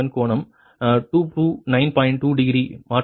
2 degree மாற்றப்பட்டது